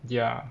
ya